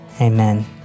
Amen